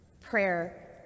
prayer